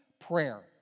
prayer